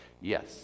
Yes